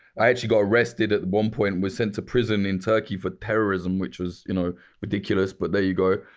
i actually got arrested at one point and was sent to prison in turkey for terrorism, which was you know ridiculous. but there you go.